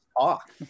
talk